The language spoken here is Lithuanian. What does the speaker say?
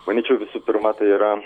manyčiau visų pirma tai yra